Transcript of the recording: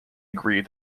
agreed